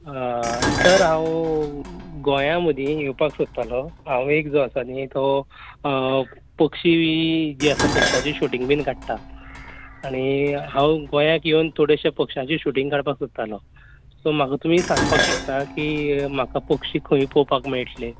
sir हांव गोंयां मदीं येवपाक सोदतालों हांव एक जो आसा न्ही जो पक्षी जे आसा पक्षांचें शुटिंग बीन काडटा आनी हांव गोंयांत येवन थोडेशें पक्षांची शुटिंग काडपाक सोदतालो सो म्हाका तुमी सांगपाक शकता की म्हाका पक्षी खंय पोवपाक मेळटले